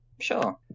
sure